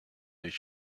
their